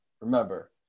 remember